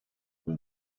will